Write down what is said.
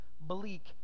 bleak